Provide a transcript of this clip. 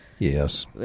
Yes